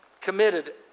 committed